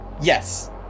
yes